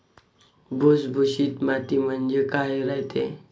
भुसभुशीत माती म्हणजे काय रायते?